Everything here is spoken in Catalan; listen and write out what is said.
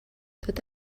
tot